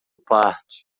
parque